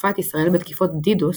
תקפה את ישראל בתקיפות DDos,